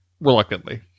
reluctantly